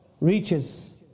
reaches